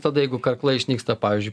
tada jeigu karklai išnyksta pavyzdžiui